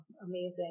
amazing